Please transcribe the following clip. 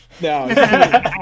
no